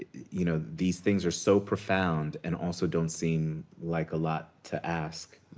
you know these things are so profound and also don't seem like a lot to ask.